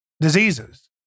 diseases